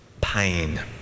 Pain